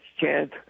chance –